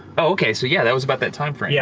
okay, so yeah, that was about that timeframe. yeah